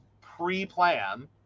pre-plan